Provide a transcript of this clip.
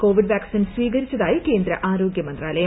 Covid vaccine സ്വീകരിച്ചതായി കേന്ദ്ര ആരോഗൃമന്ത്രാലായം